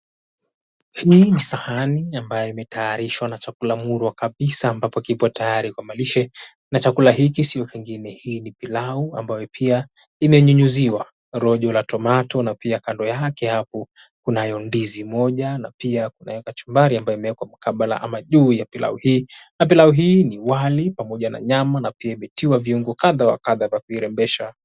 Hii ni sahani ambayo imetayarishwa na chakula murwa kabisa ambapo kipo tayari kwa malishe. Na chakula hiki sio kingine, hii ni pilau ambayo pia imenyunyuziwa rojo la tomato na pia kando yake hapo kunayo ndizi moja na pia kunayo kachumbari ambayo imewekwa mkabala ama juu ya pilau hii, na pilau hii ni wali pamoja na nyama na pia imetiwa viungo kadha wa kadha vya kuirembesha.